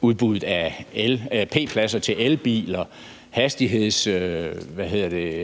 udbuddet af p-pladser til elbiler,